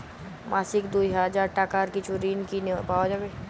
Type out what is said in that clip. মাসিক দুই হাজার টাকার কিছু ঋণ কি পাওয়া যাবে?